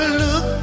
look